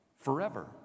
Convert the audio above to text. forever